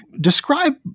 Describe